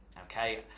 okay